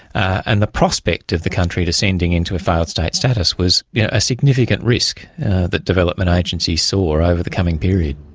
and the prospect of the country descending into a failed state status was yeah a significant risk that development agencies saw over the coming period.